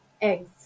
eggs